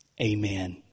amen